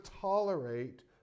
tolerate